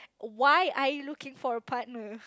why are you looking for a partner